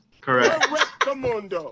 Correct